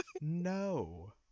No